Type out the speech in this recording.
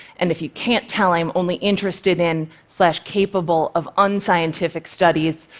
and if you can't tell, i'm only interested in so capable of unscientific studies,